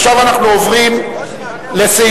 עכשיו אנחנו עוברים לסעיפים,